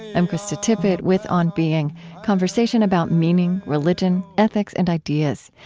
i'm krista tippett with on being conversation about meaning, religion, ethics, and ideas.